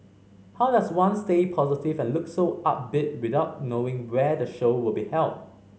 how does one stay positive and look so upbeat without knowing where the show will be held